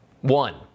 One